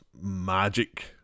magic